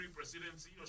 presidency